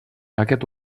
aquest